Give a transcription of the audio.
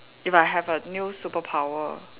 if I have a new superpower